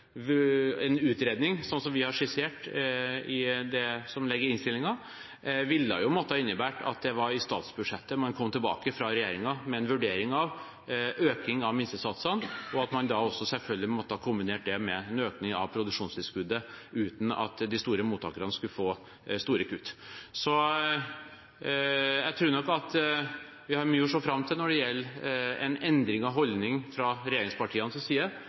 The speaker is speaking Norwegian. en utredning, slik vi har skissert i innstillingen, måtte innebære at det var i statsbudsjettet regjeringen kom tilbake med en vurdering av økning av minstesatsene, og at man da selvfølgelig også måtte kombinert det med en økning av produksjonstilskuddet – uten at de store mottakerne skulle få store kutt. Jeg tror nok vi har mye å se fram til av endring i holdning fra regjeringspartienes side når det gjelder